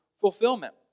fulfillment